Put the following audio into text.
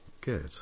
good